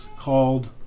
called